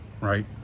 right